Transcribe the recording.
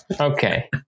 Okay